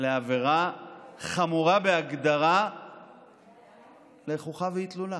בעבירה חמורה בהגדרה לחוכא ואטלולא.